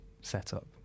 setup